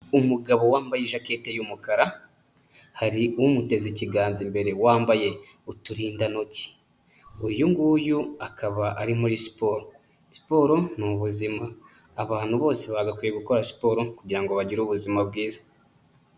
Umugabo wambaye ijaketi y'umukara, hari umuteze ikiganza imbere wambaye uturindantoki. Uyu nguyu akaba ari muri siporo. Siporo ni ubuzima, abantu bose bagakwiye gukora siporo kugira ngo bagire ubuzima bwiza.